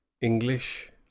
English